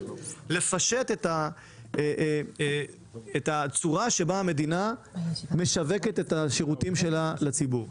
לפשט את הצורה שבה המדינה משווקת את השירותים שלה לציבור.